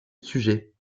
sujet